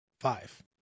five